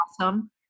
awesome